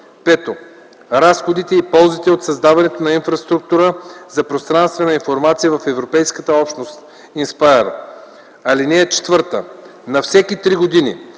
1; 5. разходите и ползите от създаването на инфраструктура за пространствена информация в европейската общност (INSPIRE). (4) На всеки три години